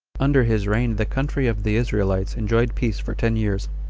under his reign the country of the israelites enjoyed peace for ten years.